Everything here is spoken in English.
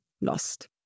lost